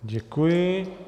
Děkuji.